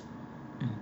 mm